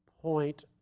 point